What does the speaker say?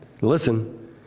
Listen